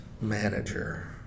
manager